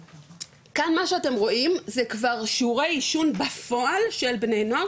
כאן מה שאתם רואים זה כבר שיעורי עישון בפועל של בני נוער,